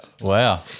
Wow